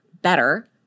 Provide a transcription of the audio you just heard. better